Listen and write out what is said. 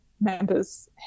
members